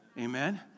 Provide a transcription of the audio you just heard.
Amen